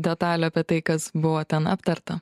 detalių apie tai kas buvo ten aptarta